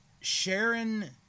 Sharon